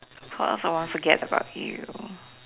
of course I won't forget about you